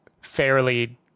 fairly